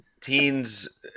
teens